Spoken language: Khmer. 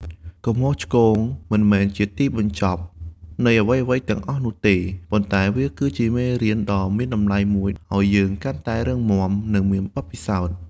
កំហុសឆ្គងមិនមែនជាទីបញ្ចប់នៃអ្វីៗទាំងអស់នោះទេ ប៉ុន្តែវាគឺជាមេរៀនដ៏មានតម្លៃមួយដែលជួយឱ្យយើងកាន់តែរឹងមាំ និងមានបទពិសោធន៍។